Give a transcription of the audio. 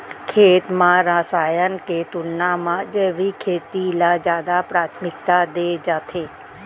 खेत मा रसायन के तुलना मा जैविक खेती ला जादा प्राथमिकता दे जाथे